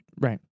Right